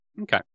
Okay